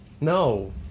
No